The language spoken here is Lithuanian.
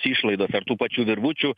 išlaidos ar tų pačių virvučių